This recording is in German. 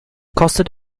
kostet